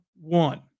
one